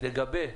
לגבי